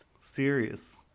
serious